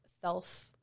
self